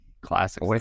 classic